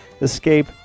Escape